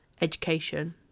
education